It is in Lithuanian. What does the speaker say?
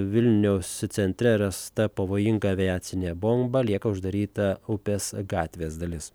vilniaus centre rasta pavojinga aviacinė bomba lieka uždaryta upės gatvės dalis